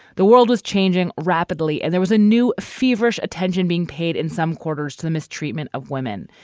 the world was changing rapidly and there was a new feverish attention being paid in some quarters to the mistreatment of women.